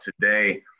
today